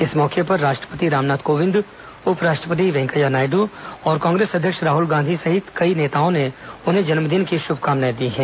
इस मौके पर राष्ट्रपति रामनाथ कोविंद उपराष्ट्रपति वेंकैया नायड् और कांग्रेस अध्यक्ष राहुल गांधी सहित कई नेताओं ने उन्हें जन्मदिन की शुभकामनाएं दी हैं